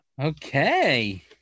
Okay